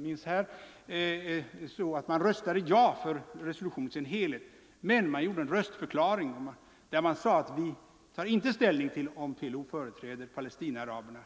minns röstade man från svensk sida ja till resolutionen i dess helhet, men man uttalade i en röstförklaring att Sverige inte tar ställning till frågan om PLO ensamt företräder Palestinaaraberna.